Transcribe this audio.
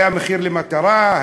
היה מחיר מטרה,